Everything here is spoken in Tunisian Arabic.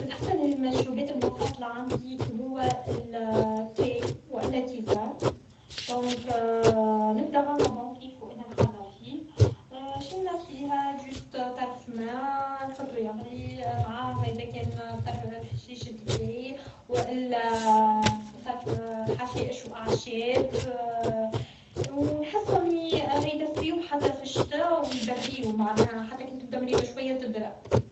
من احسن المشروبات المفضلة عندي هو التاي و الا تيزان دونك نبدا عاملة بول كيفو انا نحضر فيه شي ما فيها جست طرف ما نحطو يغلي معاه اذا كان حشيشة التاي و الا طرف حشائش و اعشاب و نحسهم يدفيو حتى في الشتا و يبريو معناها حتى كي تبدا مريضة شوي تبرا